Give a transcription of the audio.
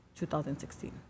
2016